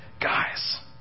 guys